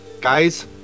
Guys